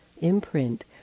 imprint